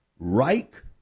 reich